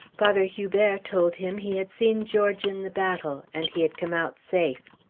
father hubert told him he had seen george in the battle, and he had come out safe.